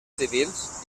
civils